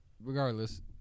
Regardless